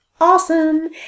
Awesome